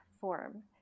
form